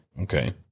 Okay